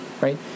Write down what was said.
right